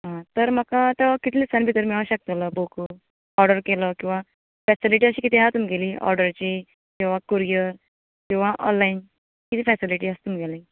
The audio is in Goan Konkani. आं तर म्हाका आतां कितलें दिसां भितर मेळो शकतलो बुक ऑर्डर केलो किंवां फेसिलीटी अशी कितें आसा तुमगेली ऑर्डरची किंवां कुरीयर किंवां ऑनलायन कितें फेसिलीटी आसा तुमगेली